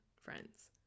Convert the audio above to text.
friends